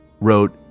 wrote